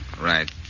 Right